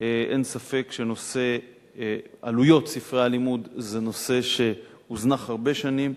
אין ספק שעלויות ספרי הלימוד זה נושא שהוזנח הרבה שנים,